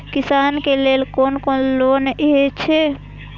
किसान के लेल कोन कोन लोन हे छे?